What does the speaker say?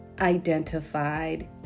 identified